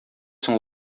соң